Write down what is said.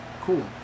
Cool